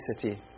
city